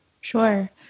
Sure